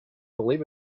believe